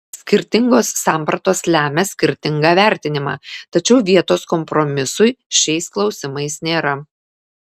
skirtingos sampratos lemia skirtingą vertinimą tačiau vietos kompromisui šiais klausimais nėra